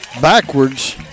backwards